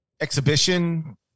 exhibition